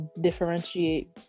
differentiate